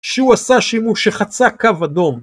שהוא עשה שימוש שחצה קו אדום